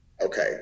okay